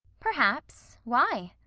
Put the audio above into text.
perhaps. why?